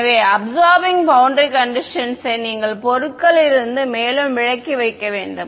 எனவே absorbing boundary conditions யை நீங்கள் பொருட்களிலிருந்து மேலும் விலக்கி வைக்க வேண்டும்